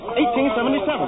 1877